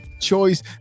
choice